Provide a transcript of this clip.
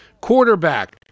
quarterback